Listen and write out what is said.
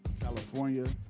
California